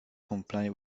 comply